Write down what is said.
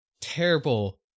terrible